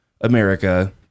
america